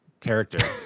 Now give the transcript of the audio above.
character